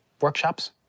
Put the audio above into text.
workshops